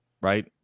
right